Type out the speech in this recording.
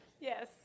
Yes